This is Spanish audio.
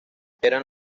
eran